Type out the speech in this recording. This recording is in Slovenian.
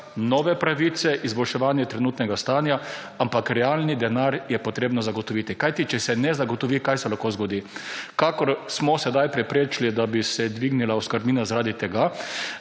nove pravice, izboljševanje trenutnega stanja, ampak realni denar je potrebno zagotoviti, kajti če se ne zagotovi, kaj se lahko zgodi, kakor smo sedaj preprečili, da bi se dvignila oskrbnina zaradi tega,